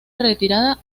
retirada